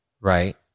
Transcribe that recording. right